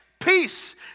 Peace